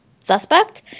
suspect